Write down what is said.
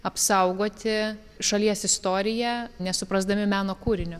apsaugoti šalies istoriją nesuprasdami meno kūrinio